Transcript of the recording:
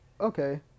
okay